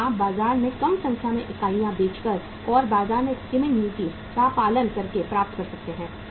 कि आप बाज़ार में कम संख्या में इकाइयाँ बेचकर और बाज़ार की स्कीमिंग नीति का पालन करके प्राप्त कर सकते हैं